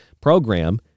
program